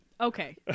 Okay